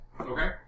Okay